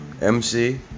MC